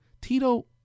Tito